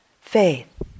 faith